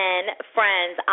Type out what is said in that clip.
Friends